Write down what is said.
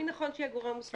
מי נכון שיהיה הגורם המוסמך,